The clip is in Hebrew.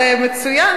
זה מצוין,